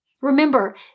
Remember